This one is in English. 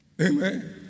Amen